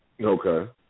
Okay